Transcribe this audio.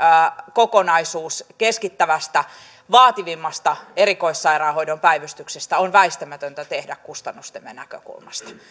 kokonaisuus keskittävästä vaativimmasta erikoissairaanhoidon päivystyksestä on väistämätöntä tehdä kustannustemme näkökulmasta